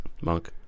Monk